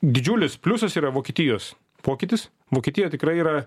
didžiulis pliusas yra vokietijos pokytis vokietijoj tikrai yra